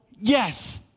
Yes